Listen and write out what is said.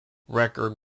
record